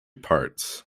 parts